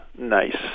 nice